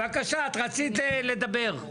בבקשה, את רצית לדבר?